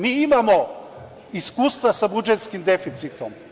Mi imamo iskustva sa budžetskim deficitom.